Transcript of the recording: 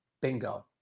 Bingo